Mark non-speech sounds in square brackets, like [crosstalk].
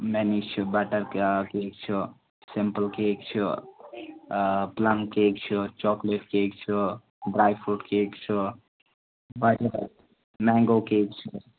many چھِ butter آ cake چھُ سِمپُل کیک چھُ آ پُلم کیک چھُ چاکلیٹ کیک چھُ ڈرٛے فرٛوٗٹ کیک باقی [unintelligible] مٮ۪نٛگو کیک چھُ